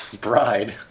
Bride